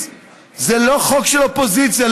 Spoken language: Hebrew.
זה לא חוק של אופוזיציה.